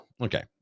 Okay